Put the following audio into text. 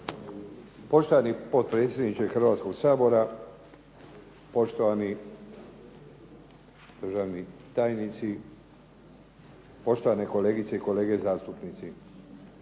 Poštovani potpredsjedniče Hrvatskoga sabora, poštovani državni tajnici, poštovane kolegice i kolege zastupnici.